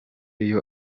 iyo